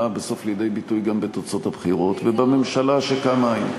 באה בסוף לידי ביטוי גם בתוצאות הבחירות ובממשלה שקמה היום.